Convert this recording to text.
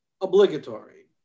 obligatory